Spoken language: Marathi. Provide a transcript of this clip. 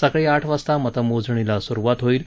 सकाळी आठ वाजता मतमोजणीला सुरुवात होईल